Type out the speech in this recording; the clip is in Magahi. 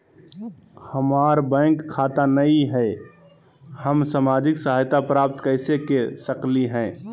हमार बैंक खाता नई हई, हम सामाजिक सहायता प्राप्त कैसे के सकली हई?